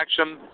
action